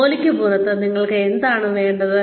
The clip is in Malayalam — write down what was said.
ജോലിക്ക് പുറത്ത് നിങ്ങൾക്ക് എന്താണ് വേണ്ടത്